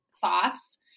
thoughts